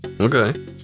okay